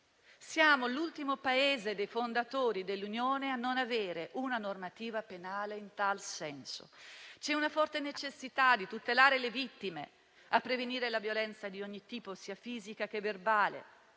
Siamo l'ultimo Paese tra i fondatori dell'Unione europea a non avere una normativa penale in tal senso. C'è una forte necessità di tutelare le vittime e di prevenire la violenza di ogni tipo, sia fisica che verbale,